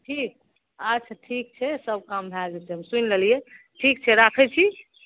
ठीक अच्छा ठीक छै सभ काम भए जेतै हम सुनि लेलियै ठीक छै राखै छी